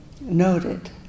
noted